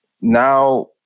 now